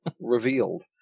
revealed